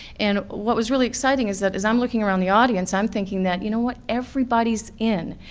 and what was really exciting is that as i'm looking around the audience, i'm thinking that, you know what, everybody's in,